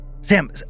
Sam